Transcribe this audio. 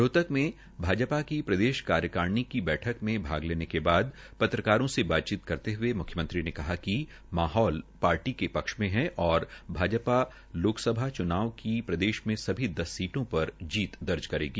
रोहतक में भाजपा की प्रदेश कार्यकारिणी की बैठक में भाग लेने के बाद पत्रकारों से बातचीत करते हये मुख्यमंत्री ने कहा कि भाजपा लोकसभा च्नाव की प्रदेश की सभी दस सीटों पर जीत दर्ज करेगी